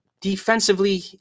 defensively